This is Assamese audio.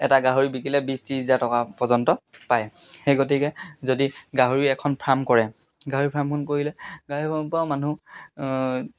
এটা গাহৰি বিকিলে বিছ ত্ৰিছ হেজাৰ টকা পৰ্যন্ত পায় সেই গতিকে যদি গাহৰি এখন ফাৰ্ম কৰে গাহৰি ফাৰ্মখন কৰিলে গাহৰি ফাৰ্ম কৰা মানুহ